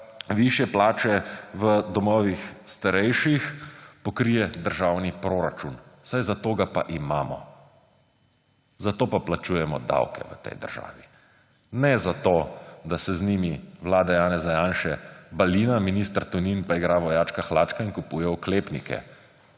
višje plače v domovih starejših pokrije državni proračun. Saj zato ga pa imamo, zato pa plačujemo davke v tej državi. Ne zato, da se z njimi vlada Janeza Janše balina, minister Tonin pa igra vojačka Hlačka in kupuje oklepnike.